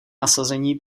nasazení